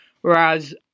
Whereas